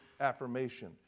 affirmation